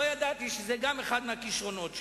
לא ידעתי שגם זה אחד הכשרונות שלו.